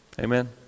Amen